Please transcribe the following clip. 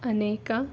ಅನೇಕ